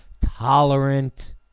tolerant